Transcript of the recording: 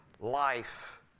life